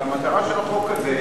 אבל המטרה של החוק הזה,